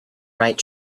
right